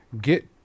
get